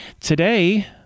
Today